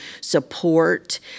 support